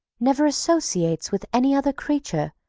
never associates with any other creature,